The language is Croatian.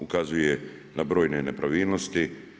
Ukazuje na brojne nepravilnosti.